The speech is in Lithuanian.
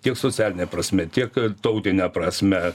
tiek socialine prasme tiek tautine prasme